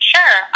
Sure